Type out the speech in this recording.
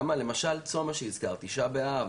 למשל צום, שהזכרת, תשעה באב,